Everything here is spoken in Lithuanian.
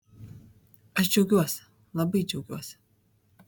aš džiaugiuosi labai džiaugiuosi